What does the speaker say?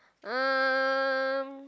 um